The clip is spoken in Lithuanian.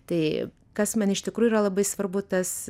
tai kas man iš tikrųjų yra labai svarbu tas